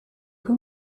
que